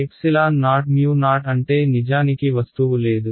O O అంటే నిజానికి వస్తువు లేదు